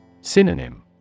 Synonym